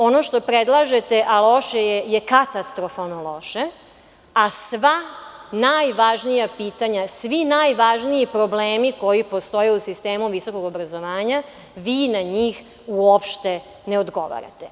Ono što predlažete, a loše je, je katastrofalno loše, a sva najvažnija pitanja, svi najvažniji problemi koji postoje u sistemu visokog obrazovanja, vi na njih uopšte ne odgovarate.